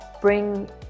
bring